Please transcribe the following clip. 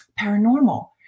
paranormal